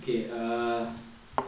okay err